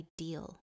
ideal